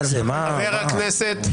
חברי הכנסת,